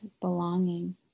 belonging